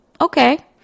okay